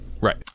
Right